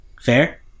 Fair